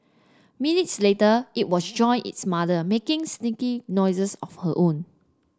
minutes later it was joined its mother making squeaky noises of her own